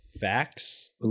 facts